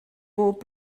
bob